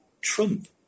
Trump